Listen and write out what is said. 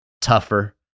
tougher